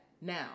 now